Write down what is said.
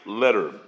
letter